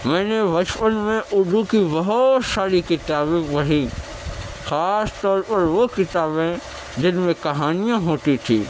میں نے بچپن میں اردو کی بہت ساری کتابیں پڑھیں خاص طور پر وہ کتابیں جن میں کہانیاں ہوتی تھیں